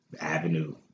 avenue